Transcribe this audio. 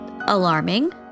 alarming